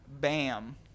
bam